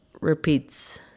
repeats